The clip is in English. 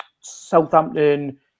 Southampton